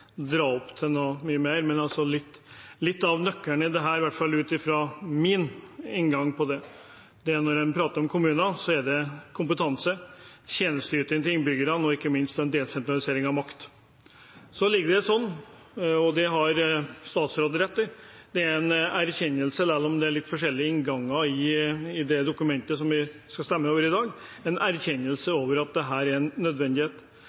dra opp så mye mer. Litt av nøkkelen i dette, i hvert fall ut fra fra min inngang til det, er at når en prater om kommuner, dreier det seg om kompetanse, tjenesteyting til innbyggerne og ikke minst desentralisering av makt. Nå er det sånn, og det har statsråden rett i, at selv om det er litt ulike innganger til det dokumentet vi skal stemme over i dag, er det en erkjennelse av at dette er en nødvendighet.